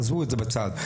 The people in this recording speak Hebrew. עזבו את זה בצד.